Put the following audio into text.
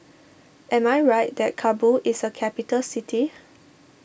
am I right that Kabul is a capital city